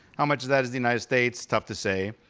how much of that is the united states? tough to say.